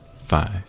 five